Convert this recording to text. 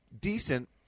decent